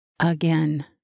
Again